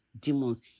demons